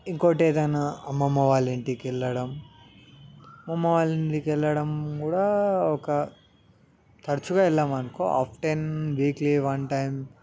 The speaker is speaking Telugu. ఇంకోటేదైనా అమ్మమ్మ వాళ్ళ ఇంటికెళ్ళడం అమ్మమ్మ వాళ్ళ ఇంటికెళ్ళడం కూడా ఒక తరచుగా వెళ్ళమనుకో ఆఫ్టెన్ వీక్లీ వన్ టైమ్